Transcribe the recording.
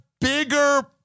bigger